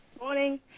Morning